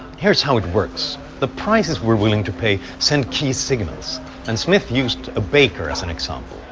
here's how it works the prices we're willing to pay send key signals and smith used a baker as an example.